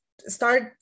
start